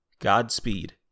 Godspeed